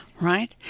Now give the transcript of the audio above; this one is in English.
right